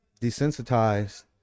desensitized